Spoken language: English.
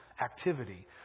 activity